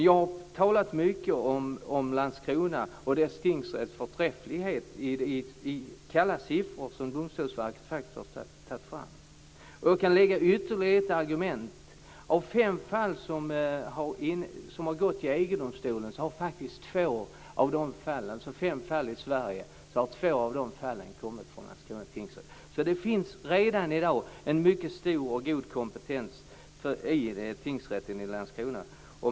Jag har talat mycket om Landskrona och dess tingsrätts förträfflighet i kalla siffror som Domstolsverket har tagit fram. Jag kan lägga till ytterligare ett argument. Av de fem fall i Sverige som har gått till EG-domstolen har två kommit från Det finns redan i dag en mycket stor och god kompetens i tingsrätten i Landskrona.